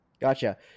Gotcha